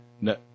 No